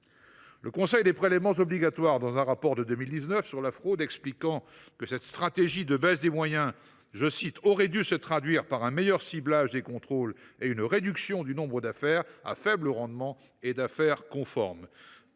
le Conseil des prélèvements obligatoires (CPO) expliquait que cette stratégie de baisse des moyens « aurait dû se traduire par un meilleur ciblage des contrôles et une réduction du nombre d’affaires à faible rendement et d’affaires conformes ».